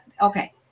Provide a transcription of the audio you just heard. Okay